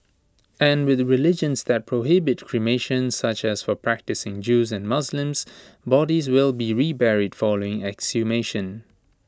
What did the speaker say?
and with religions that prohibit cremation such as for practising Jews and Muslims bodies will be reburied following exhumation